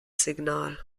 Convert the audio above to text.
signal